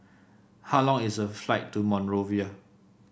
how long is the flight to Monrovia